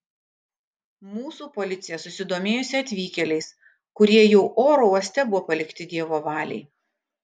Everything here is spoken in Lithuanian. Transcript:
mūsų policija susidomėjusi atvykėliais kurie jau oro uoste buvo palikti dievo valiai